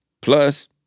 Plus